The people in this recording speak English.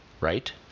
right